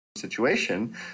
situation